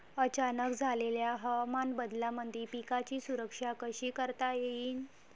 अचानक झालेल्या हवामान बदलामंदी पिकाची सुरक्षा कशी करता येईन?